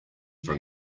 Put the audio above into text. from